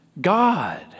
God